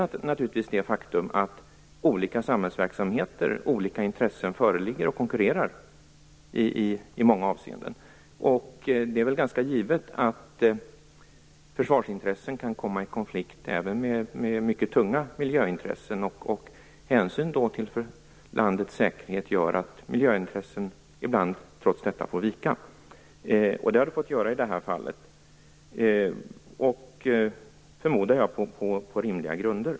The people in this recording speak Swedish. Det ena är det faktum att olika samhällsintressen här konkurrerar i många avseenden. Det är väl ganska givet att försvarsintressen kan komma i konflikt även med mycket tunga miljöintressen. Hänsynen till landets säkerhet gör att miljöintressena ibland trots allt får vika, och det har de fått göra i det här fallet - som jag förmodar på rimliga grunder.